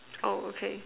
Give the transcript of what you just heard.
oh okay